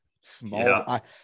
Small